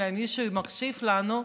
ואולי למישהו שמקשיב לנו,